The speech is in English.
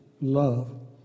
love